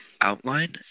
Outline